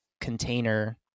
container